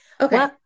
Okay